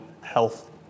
health